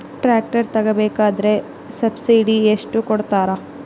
Tractor ತಗೋಬೇಕಾದ್ರೆ subsidy ಎಷ್ಟು ಕೊಡ್ತಾರ?